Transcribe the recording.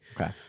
Okay